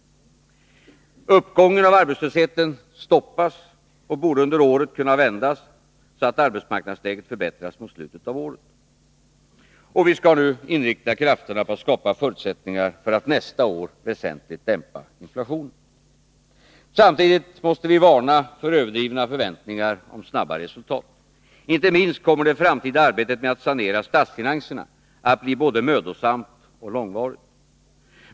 Uppgången av arbetslösheten stoppas och borde under året kunna vändas, så att arbetsmarknadsläget förbättras mot slutet av året. Vi skall nu vidare inrikta krafterna på att skapa förutsättningar för att nästa år väsentligt dämpa inflationen. Samtidigt måste vi varna för överdrivna förväntningar om snabba resultat. Inte minst kommer det framtida arbetet med att sanera statsfinanserna att bli både mödosamt och långvarigt.